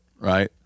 right